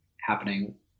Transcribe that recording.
happening